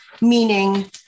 meaning